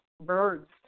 birds